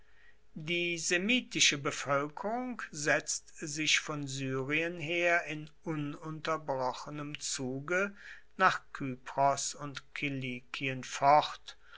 die semitische bevölkerung setzt sich von syrien her in ununterbrochenem zuge nach kypros und